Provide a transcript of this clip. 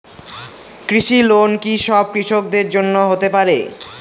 কৃষি লোন কি সব কৃষকদের জন্য হতে পারে?